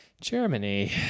Germany